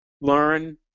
learn